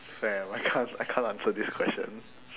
fam I can't I can't answer this question